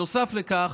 נוסף לכך,